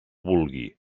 vulgui